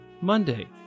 Monday